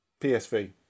PSV